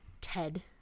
ted